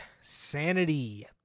Sanity